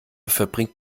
verbringt